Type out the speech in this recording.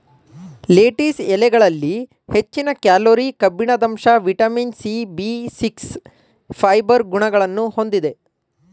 lettuce ಎಲೆಗಳಲ್ಲಿ ಹೆಚ್ಚಿನ calorie, ಕಬ್ಬಿಣದಂಶ, vitamin C, B six, fibre ಗುಣಗಳನ್ನು ಹೊಂದಿದೆ